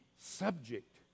subject